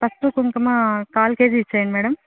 పసుపు కుంకుమ కాల్ కేజీ ఇచ్చేయండి మేడం